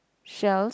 shelves